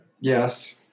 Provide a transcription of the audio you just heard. Yes